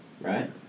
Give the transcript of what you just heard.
right